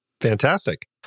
Fantastic